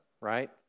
right